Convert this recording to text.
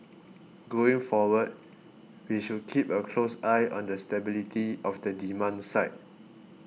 going forward we should keep a close eye on the stability of the demand side